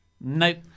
Nope